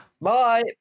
bye